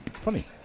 Funny